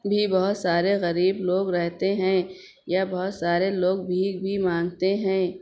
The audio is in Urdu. بھی بہت سارے غریب لوگ رہتے ہیں یا بہت سارے لوگ بھیک بھی مانگتے ہیں